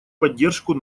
поддержку